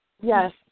Yes